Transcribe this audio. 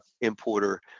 importer